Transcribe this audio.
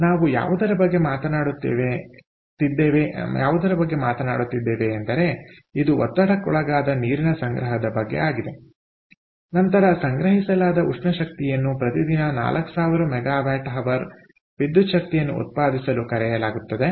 ಆದ್ದರಿಂದ ನಾವು ಯಾವುದರ ಬಗ್ಗೆ ಮಾತನಾಡುತ್ತಿದ್ದೇವೆ ಎಂದರೆ ಇದು ಒತ್ತಡಕ್ಕೊಳಗಾದ ನೀರಿನ ಸಂಗ್ರಹದ ಬಗ್ಗೆ ನಂತರ ಸಂಗ್ರಹಿಸಲಾದ ಉಷ್ಣ ಶಕ್ತಿಯನ್ನು ಪ್ರತಿದಿನ 4000 MWH ವಿದ್ಯುತ್ ಶಕ್ತಿಯನ್ನು ಉತ್ಪಾದಿಸಲು ಕರೆಯಲಾಗುತ್ತದೆ